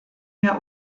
mehr